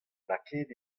lakaet